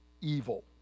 evil